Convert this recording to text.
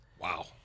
Wow